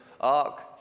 ark